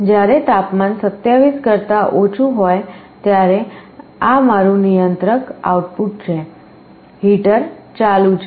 જ્યારે તાપમાન 27 કરતા ઓછું હોય ત્યારે આ મારું નિયંત્રક આઉટપુટ છે હીટર ચાલુ છે